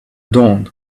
dawn